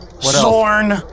Zorn